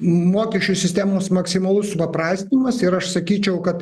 mokesčių sistemos maksimalus paprastinamas ir aš sakyčiau kad